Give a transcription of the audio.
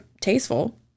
tasteful